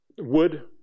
wood